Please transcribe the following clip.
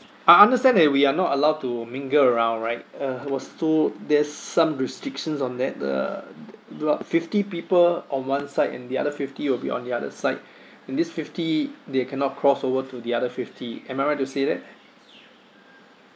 I understand that we are not allowed to mingle around right uh was told there's some restrictions on that the block fifty people on one side and the other fifty will be on the other side and this fifty they cannot cross over to the other fifty am I right to say that